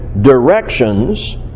directions